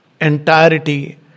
entirety